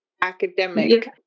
academic